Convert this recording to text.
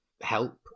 help